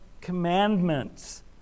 commandments